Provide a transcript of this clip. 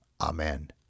Amen